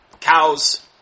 cows